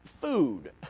food